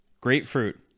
Grapefruit